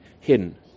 hidden